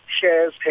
shares